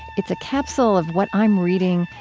it's a capsule of what i'm reading,